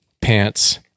pants